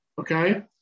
Okay